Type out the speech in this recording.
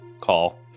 call